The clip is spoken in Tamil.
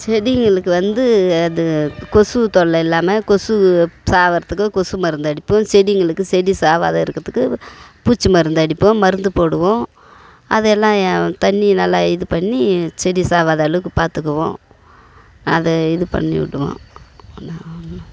செடிகளுக்கு வந்து அது கொசு தொல்லை இல்லாமல் கொசு சாகறத்துக்கு கொசு மருந்து அடிப்போம் செடிங்களுக்கு செடி சாகாத இருக்கிறத்துக்கு பூச்சி மருந்து அடிப்போம் மருந்து போடுவோம் அதை எல்லாம் தண்ணி நல்லா இது பண்ணி செடி சாகாத அளவுக்கு பார்த்துக்குவோம் அதை இது பண்ணி விடுவோம் ஒன்றும் ஆகாம